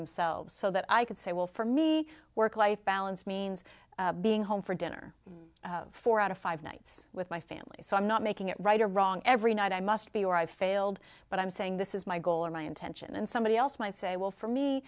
themselves so that i could say well for me work life balance means being home for dinner four out of five nights with my family so i'm not making it right or wrong every night i must be or i've failed but i'm saying this is my goal or my intention and somebody else might say well for me